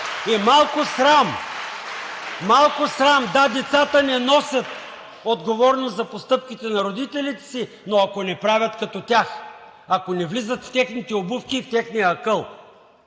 И малко срам – да, децата не носят отговорност за постъпките на родителите си, но ако не правят като тях, ако не влизат в техните обувки и техния акъл.